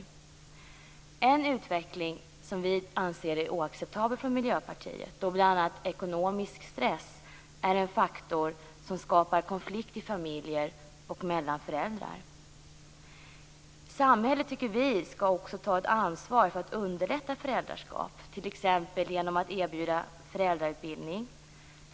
Det är en utveckling som vi från Miljöpartiet anser är oacceptabel, då bl.a. ekonomisk stress är en faktor som skapar konflikter i familjer och mellan föräldrar. Vi tycker att samhället också skall ta ett ansvar för att underlätta föräldraskap, t.ex. genom att erbjuda föräldrautbildning.